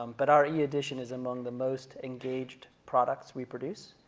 um but our e-edition is among the most engaged products we produce.